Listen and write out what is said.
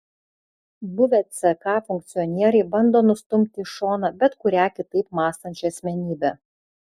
buvę ck funkcionieriai bando nustumti į šoną bet kurią kitaip mąstančią asmenybę